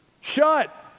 shut